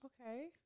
Okay